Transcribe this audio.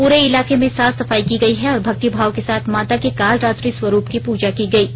पूरे इलाके में साफ सफाई की गई है और भक्ति भाव के साथ माता के कालरात्रि स्वरूप की पूजा की गयी